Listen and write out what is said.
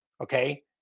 okay